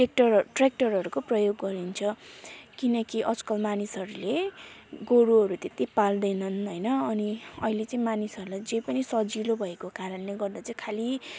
tractor ट्रेक्टरहरूको प्रयोग गरिन्छ किनकि आजकल मानिसहरूले गोरुहरू त्यति पाल्दैनन् होइन अनि अहिले चाहिँ मानिसहरूलाई जे पनि सजिलो भएको कारणले गर्दा चाहिँ खालि